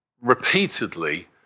repeatedly